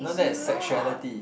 it's not